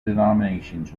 denominations